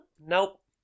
Nope